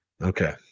okay